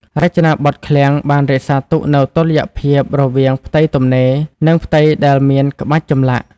រចនាបថឃ្លាំងបានរក្សានូវតុល្យភាពរវាងផ្ទៃទំនេរ និងផ្ទៃដែលមានក្បាច់ចម្លាក់។